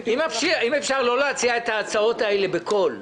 אם אפשר לא להציע את ההצעות האלה בקול,